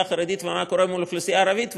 החרדית ומה קורה עם האוכלוסייה הערבית,